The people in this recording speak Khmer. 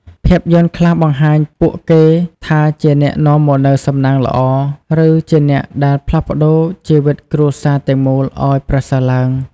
ភាពយន្តខ្លះបង្ហាញពួកគេថាជាអ្នកនាំមកនូវសំណាងល្អ ឬជាអ្នកដែលផ្លាស់ប្ដូរជីវិតគ្រួសារទាំងមូលឲ្យប្រសើរឡើង។